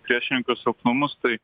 priešininkų silpnumus tai